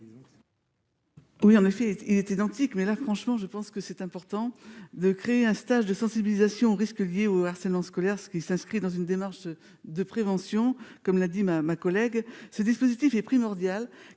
Oui en effet il est identique, mais là franchement, je pense que c'est important de créer un stage de sensibilisation aux risques liés au harcèlement scolaire ce qui s'inscrit dans une démarche de prévention, comme l'a dit ma ma collègue, ce dispositif est primordiale